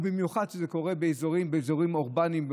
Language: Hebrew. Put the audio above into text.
וכשזה קורה באזורים אורבניים,